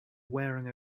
wearing